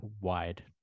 wide